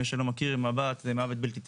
מי שלא מכיר מב"ט זה מוות בלתי טבעי,